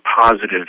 positive